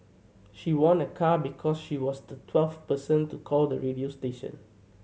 she won a car because she was the twelfth person to call the radio station